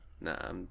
Nah